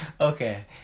Okay